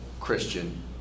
Christian